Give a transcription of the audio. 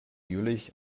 jüllich